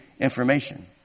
information